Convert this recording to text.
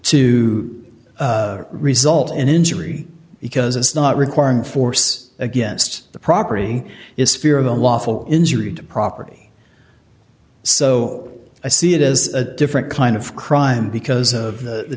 to result in injury because it's not requiring force against the property is fear of unlawful injury to property so i see it as a different kind of crime because of the